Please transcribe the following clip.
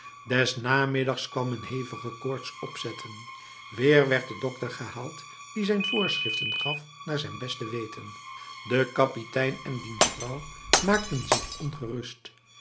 des namiddags kwam een hevige koorts opzetten weer werd de dokter gehaald die zijn voorschriften gaf naar zijn beste weten de kapitein en diens vrouw maakten zich ongerust